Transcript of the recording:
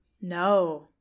No